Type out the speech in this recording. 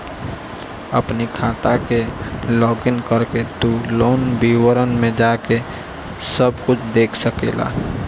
अपनी खाता के लोगइन करके तू लोन विवरण में जाके सब कुछ देख सकेला